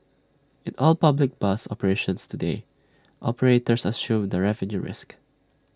in all public bus operations today operators assume the revenue risk